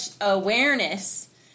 awareness